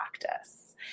practice